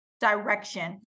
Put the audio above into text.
direction